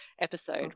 episode